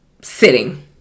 sitting